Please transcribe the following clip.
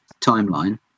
timeline